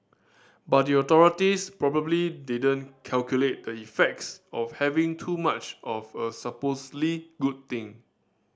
but the authorities probably didn't calculate the effects of having too much of a supposedly good thing